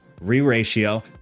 re-ratio